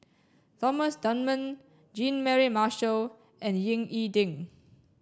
Thomas Dunman Jean Mary Marshall and Ying E Ding